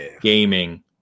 gaming